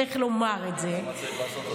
צריך לומר את זה,